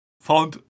found